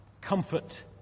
comfort